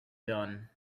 done